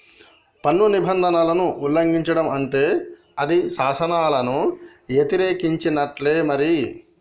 పన్ను నిబంధనలను ఉల్లంఘిచడం అంటే అది శాసనాలను యతిరేకించినట్టే మరి